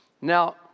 Now